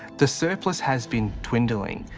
the surplus has been dwindling.